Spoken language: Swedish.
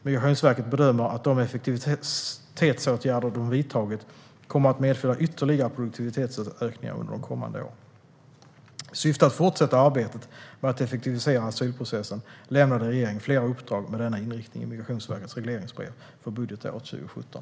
Migrationsverket bedömer att de effektivitetsåtgärder man har vidtagit kommer att medföra ytterligare produktivitetsökningar under de kommande åren. I syfte att fortsätta arbetet med att effektivisera asylprocessen lämnade regeringen flera uppdrag med denna inriktning i Migrationsverkets regleringsbrev för budgetåret 2017.